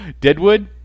Deadwood